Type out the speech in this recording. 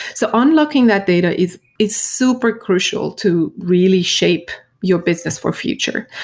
so unlocking that data is is super crucial to really shape your business for future.